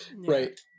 Right